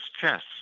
chess